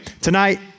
tonight